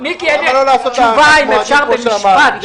אפשר תשובה במשפט.